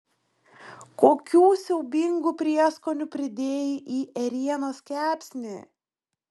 kokių siaubingų prieskonių pridėjai į ėrienos kepsnį